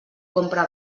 compra